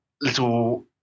little